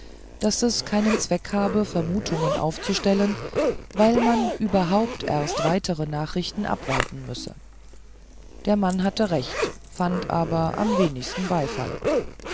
daß es keinen zweck habe vermutungen aufzustellen weil man überhaupt erst weitere nachrichten abwarten müsse der mann hatte recht fand aber am wenigsten beifall